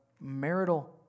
marital